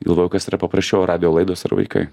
galvojau kas yra paprasčiau ar radijo laidos ar vaikai